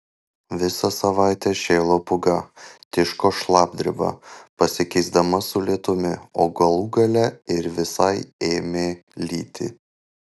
visą savaitę šėlo pūga tiško šlapdriba pasikeisdama su lietumi o galų gale ir visai ėmė lyti